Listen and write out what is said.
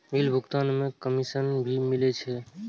Bill भुगतान में commission भी मिले छै?